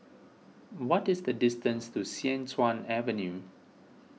what is the distance to Sian Tuan Avenue